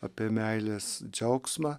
apie meilės džiaugsmą